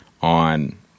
on